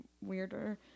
weirder